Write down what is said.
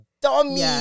Dummy